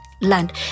land